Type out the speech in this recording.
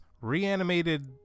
reanimated